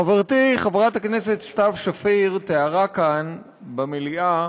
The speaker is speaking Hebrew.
חברתי חברת הכנסת סתיו שפיר תיארה כאן, במליאה,